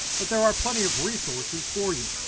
but there are plenty of resources for you.